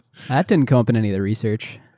that didn't come up in any of the research.